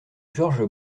georges